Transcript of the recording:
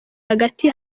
hagati